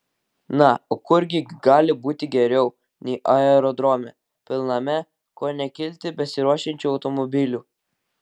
na o kur gi gali būti geriau nei aerodrome pilname ko ne kilti besiruošiančių automobilių